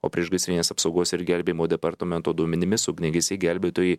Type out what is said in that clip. o priešgaisrinės apsaugos ir gelbėjimo departamento duomenimis ugniagesiai gelbėtojai